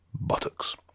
Buttocks